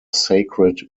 sacred